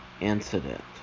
incident